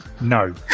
No